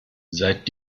seit